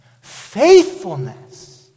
faithfulness